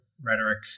rhetoric